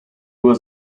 was